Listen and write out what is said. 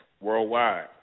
worldwide